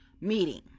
meeting